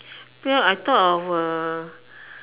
well I thought of